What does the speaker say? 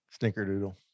Snickerdoodle